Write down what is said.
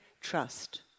trust